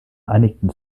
einigten